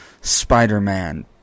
Spider-Man